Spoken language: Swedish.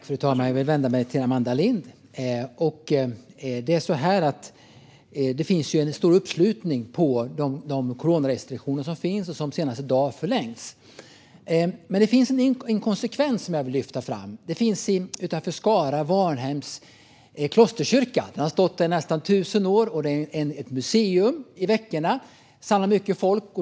Fru talman! Jag vänder mig till Amanda Lind. Det finns en stor uppslutning kring coronarestriktionerna, och de har så sent som i dag förlängts. Men jag vill ta upp en inkonsekvens. Utanför Skara ligger Varnhems klosterkyrka. Den har stått där i nästan tusen år. Under veckorna är den ett museum och samlar mycket folk.